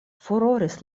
furoris